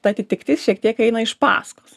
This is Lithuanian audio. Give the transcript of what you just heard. ta atitiktis šiek tiek eina iš paskos